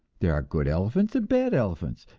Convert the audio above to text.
there are good elephants and bad elephants,